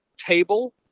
table